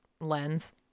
lens